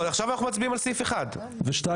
עכשיו אנחנו מצביעים על סעיף 1. ו-2,